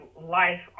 life